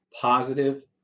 positive